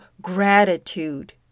gratitude